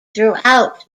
throughout